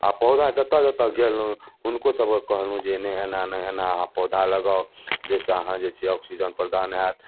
आओर पौधा जतऽ जतऽ गेलहुँ हुनको सबके कहलहुँ जे नहि एना नहि एना अहाँ पौधा लगाउ जाहिसँ अहाँ जे छै ऑक्सीजन प्रदान होयत